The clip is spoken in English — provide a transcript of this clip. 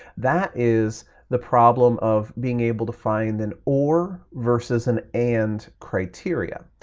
that is the problem of being able to find an or versus an and criteria.